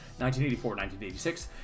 1984-1986